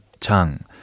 Chang